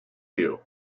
you